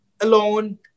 alone